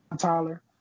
Tyler